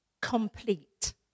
complete